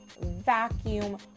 vacuum